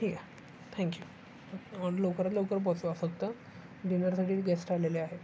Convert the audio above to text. ठीक आहे thank you order लवकरात लवकर पोचवा फक्त डिनरसाठी गेस्ट आलेले आहेत